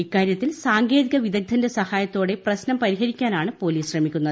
ഇക്കാര്യത്തിൽ സാങ്കേതിക വിദഗ്ദ്ധന്റെ സഹായത്തോടെ പ്രശ്നം പരിഹരിക്കാനാണ് പോലീസ് ശ്രമിക്കുന്നത്